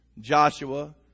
Joshua